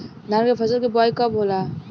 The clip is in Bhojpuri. धान के फ़सल के बोआई कब होला?